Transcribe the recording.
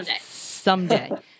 Someday